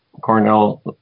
Cornell